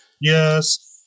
yes